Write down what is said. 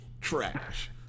trash